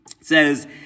says